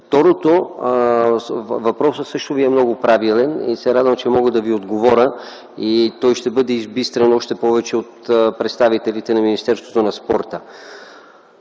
Второ, въпросът Ви е много правилен. Радвам се, че мога да Ви отговоря. Той ще бъде избистрен още повече от представителите на Министерството на